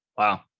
Wow